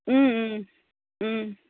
ও ও ও